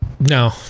No